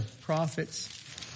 Prophets